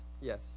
yes